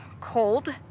cold